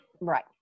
right